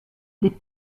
les